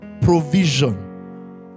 Provision